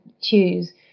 choose